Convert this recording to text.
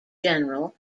general